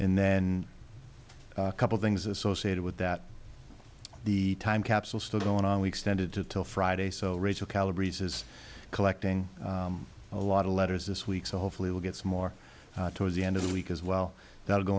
and then couple things associated with that the time capsule still going on we extended to till friday so rachel calories is collecting a lot of letters this week so hopefully we'll get some more towards the end of the week as well th